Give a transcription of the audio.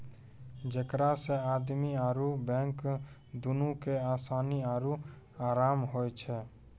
जेकरा से आदमी आरु बैंक दुनू के असानी आरु अराम होय छै